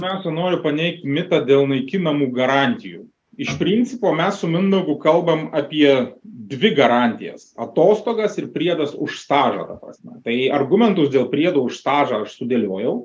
pirmiausia noriu paneigt mitą dėl naikinamų garantijų iš principo mes su mindaugu kalbam apie dvi garantijas atostogas ir priedas už stažą ta prasme tai argumentus dėl priedo už stažą aš sudėliojau